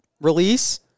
release